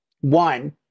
one